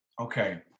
Okay